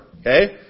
Okay